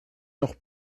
noch